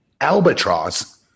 albatross